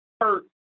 hurt